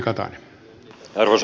arvoisa puhemies